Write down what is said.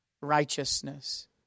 righteousness